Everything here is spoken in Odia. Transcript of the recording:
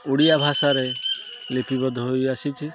ଓଡ଼ିଆ ଭାଷାରେ ଲିପିବଦ୍ଧ ହୋଇ ଆସିଛି